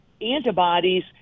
antibodies